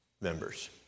members